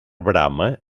brama